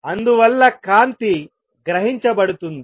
అందువల్ల కాంతి గ్రహించబడుతుంది